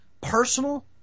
personal